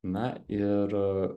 na ir